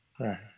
Right